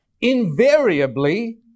invariably